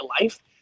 life